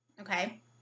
okay